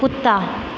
कुत्ता